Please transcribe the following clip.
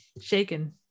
shaken